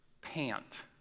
pant